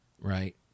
right